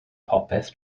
popeth